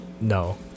No